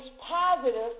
positive